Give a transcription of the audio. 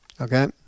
Okay